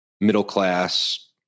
middle-class